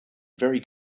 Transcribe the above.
very